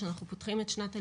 שאנחנו פותחים את שנת הלימודים,